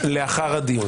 לאחר הדיון.